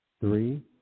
three